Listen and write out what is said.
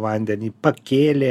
vandenį pakėlė